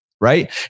Right